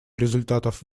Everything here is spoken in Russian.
результатов